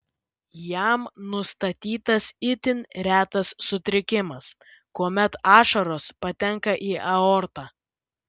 jam nustatytas itin retas sutrikimas kuomet ašaros patenka į aortą